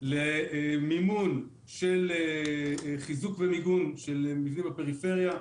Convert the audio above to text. למימון של חיזוק ומיגון של מבנים בפריפריה.